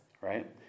right